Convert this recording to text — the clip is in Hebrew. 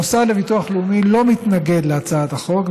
המוסד לביטוח לאומי לא מתנגד להצעת החוק,